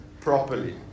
properly